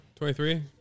23